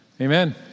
amen